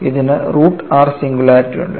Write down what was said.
ഇതിന് root r singularity ഉണ്ട്